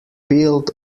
peeled